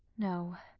no,